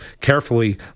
carefully